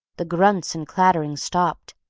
the grunts and clattering stopped,